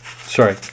sorry